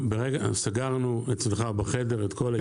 סגרנו אצלך בחדר את כל העסקה.